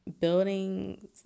buildings